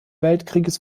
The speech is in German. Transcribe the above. weltkrieges